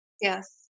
Yes